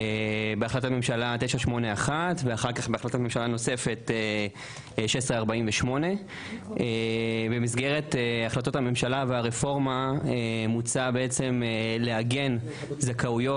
בהחלטת ממשלה 981 ואחר כך בהחלטת ממשלה נוספת 1648. במסגרת החלטות הממשלה והרפורמה מוצע לעגן זכאויות